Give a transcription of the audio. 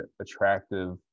attractive